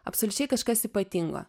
absoliučiai kažkas ypatingo